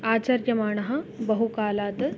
आचर्यमाणः बहुकालात्